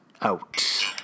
out